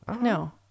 No